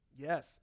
yes